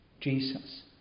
Jesus